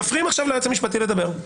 מפריעים עכשיו ליועץ המשפטי לדבר.